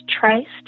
traced